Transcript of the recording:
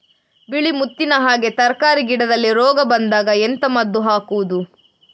ಬಿಳಿ ಮುತ್ತಿನ ಹಾಗೆ ತರ್ಕಾರಿ ಗಿಡದಲ್ಲಿ ರೋಗ ಬಂದಾಗ ಎಂತ ಮದ್ದು ಹಾಕುವುದು?